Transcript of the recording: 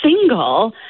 single